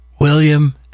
William